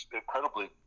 incredibly